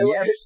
Yes